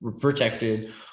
protected